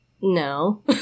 No